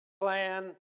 plan